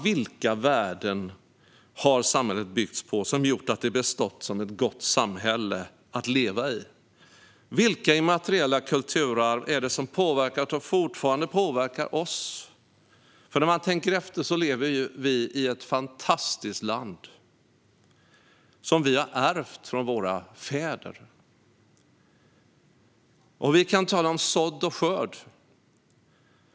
Vilka värden har samhället byggts på som gjort att det bestått som ett gott samhälle att leva i? Vilka immateriella kulturarv är det som har påverkat och fortfarande påverkar oss? För när man tänker efter lever vi i ett fantastiskt land, som vi har ärvt från våra fäder. Vi kan tala om sådd och skörd.